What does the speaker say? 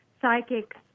psychics